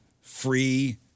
free